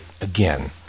again